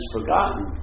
forgotten